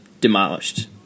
demolished